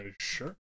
sure